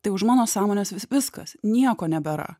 tai už mano sąmonės vis viskas nieko nebėra